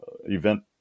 event